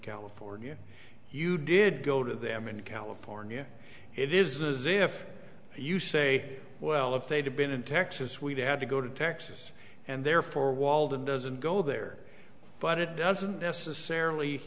california you did go to them in california it is as if you say well if they'd been in texas we had to go to texas and therefore walden doesn't go there but it doesn't necessarily